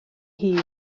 hun